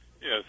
Yes